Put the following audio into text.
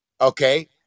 Okay